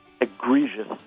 egregious